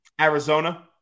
Arizona